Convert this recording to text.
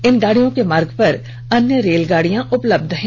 इन रेलगाडियों के मार्ग पर अन्य रेलगाडियां उपलब्ध है